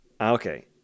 Okay